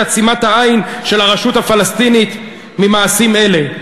עצימת העין של הרשות הפלסטינית ממעשים אלה.